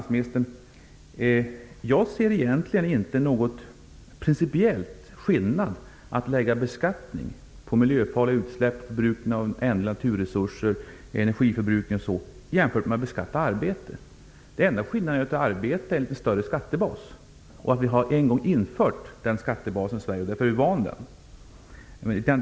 Jag ser egentligen inte någon principiell skillnad i att lägga beskattningen på miljöfarliga utsläpp, förbrukning av ändliga naturresurser, energiförbrukning osv. jämfört med att beskatta arbete. Den enda skillnaden är att arbetet är en större skattebas. Vi har en gång infört den skattebasen i Sverige, och därför har vi vant oss vid den.